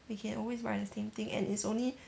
we can always buy the same thing and it's only